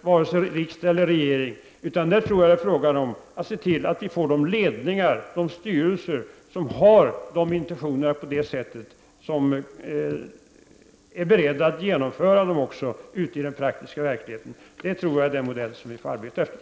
vare sig riksdag eller regering, utan jag tror att det är viktigt att se till att vi får de ledningar och styrelser som har de riktiga intentionerna och som är beredda att förverkliga dem ute i det praktiska livet. Det tror jag är den modell som vi har att arbeta efter.